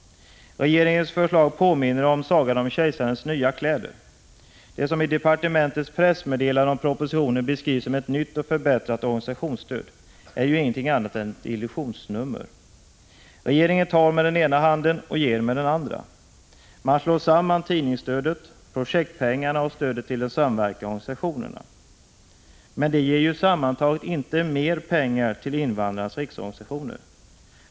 Regeringens förslag påminner om sagan om kejsarens nya kläder. Det som i departementets pressmeddelande om propositionen beskrivs som ett nytt och förbättrat organisationsstöd är ju ingenting annat än ett illusionsnummer. Regeringen tar med den ena handen och ger med den andra. Man slår samman tidningsstödet, projektpengarna och stödet till de samverkande organisationerna. Men det ger ju sammantaget inte mer pengar till invandrarnas riksorganisationer.